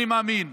אני מאמין.